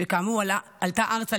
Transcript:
שכאמור עלתה ארצה,